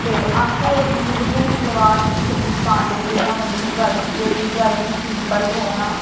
ते अस मतलब कि सलवार कमीज पांदे आं जियां मतलब कि जबैलरी होई गेई ज्वैलरी सिंपल रौह्ना